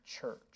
church